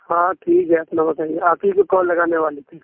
ہاں ٹھیک ہے اپنا بتائیے آپ ہی کو کال لگانے والے تھے